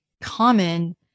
common